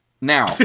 Now